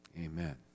amen